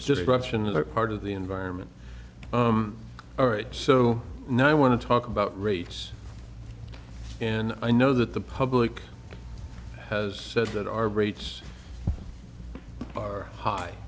another part of the environment all right so now i want to talk about race and i know that the public has said that our rates are high